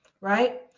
Right